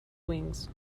wings